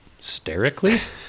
sterically